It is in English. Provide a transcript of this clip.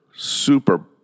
Super